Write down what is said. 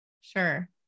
Sure